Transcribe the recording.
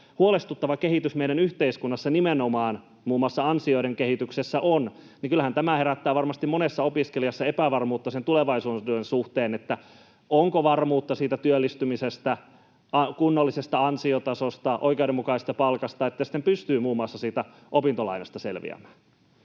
huolestuttava kehitys meidän yhteiskunnassamme nimenomaan muun muassa ansioiden kehityksessä on. Kyllähän tämä herättää varmasti monessa opiskelijassa epävarmuutta tulevaisuuden suhteen, että onko varmuutta siitä työllistymisestä, kunnollisesta ansiotasosta, oikeudenmukaisesta palkasta, että sitten pystyy muun muassa siitä opintolainasta selviämään.